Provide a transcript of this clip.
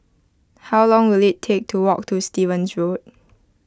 how long will it take to walk to Stevens Road